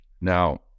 Now